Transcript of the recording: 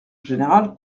général